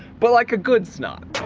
but like a good snot!